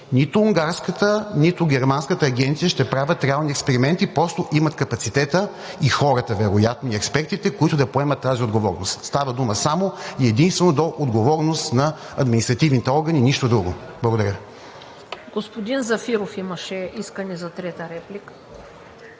Нито унгарската, нито германската агенция ще правят реални експерименти, а просто имат капацитета, хората и вероятно експертите, които да поемат тази отговорност. Става дума само и единствено до отговорност на административните органи, нищо друго. Благодаря Ви. ПРЕДСЕДАТЕЛ ТАТЯНА ДОНЧЕВА: Господин Зафиров имаше искане за трета реплика.